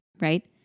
right